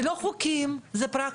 זה לא חוקים, זה פרקטיקה.